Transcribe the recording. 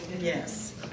yes